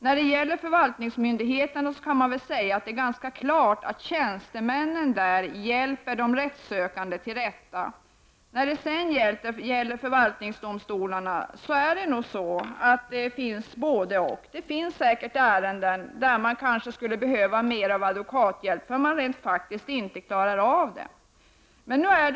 När det gäller förvaltningsmyndigheten kan man väl säga att det är ganska klart att tjänstemännen där hjälper de rättssökande till rätta. I förvaltningsdomstolarna förekommer nog både-och. Det finns säkert ärenden där man skulle behöva mer av advokathjälp därför att man rent praktiskt inte klarar av att föra sin talan.